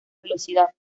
velocidad